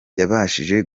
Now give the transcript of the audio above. yabashije